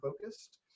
focused